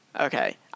Okay